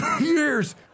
years